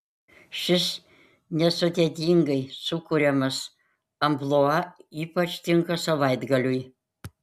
šis nesudėtingai sukuriamas amplua ypač tinka savaitgaliui